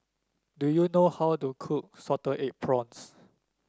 do you know how to cook Salted Egg Prawns